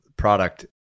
product